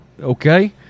okay